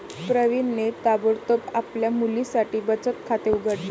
प्रवीणने ताबडतोब आपल्या मुलीसाठी बचत खाते उघडले